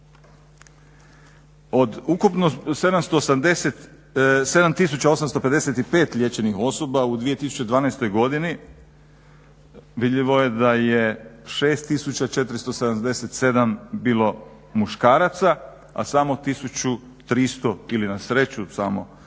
Od ukupno 7855 liječenih osoba u 2012. godini vidljivo je da je 6477 bilo muškaraca, a samo 1300, ili na sreću samo 1378